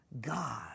God